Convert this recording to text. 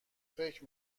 فکر